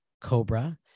cobra